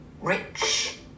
rich